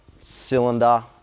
Cylinder